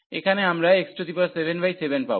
এখানে আমরা x77 পাব